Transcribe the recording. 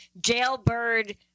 jailbird